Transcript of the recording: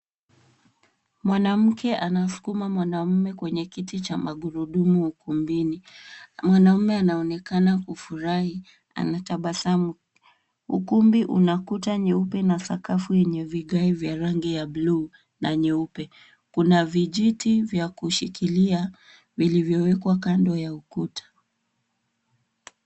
Mwanamke anasukuma mwanaume kwenye kiti cha magurudumu ukumbini. Mwanaume anaonekana kufurahi. Anatabasamu. Ukumbi una kuta nyeupe na sakafu yenye vigae vya rangi ya bluu na nyeupe. Kuna vijiti vya kushikilia vilivyowekwa kando ya ukuta.